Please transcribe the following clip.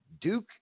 Duke